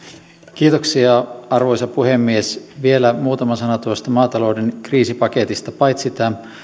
arvoisa puhemies vielä muutama sana tuosta maatalouden kriisipaketista paitsi tämä